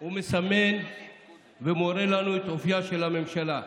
הוא מסמן ומורה לנו את אופייה של הממשלה,